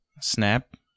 snap